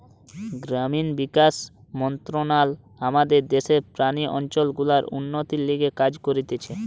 গ্রামীণ বিকাশ মন্ত্রণালয় আমাদের দ্যাশের গ্রামীণ অঞ্চল গুলার উন্নতির লিগে কাজ করতিছে